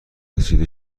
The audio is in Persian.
رسید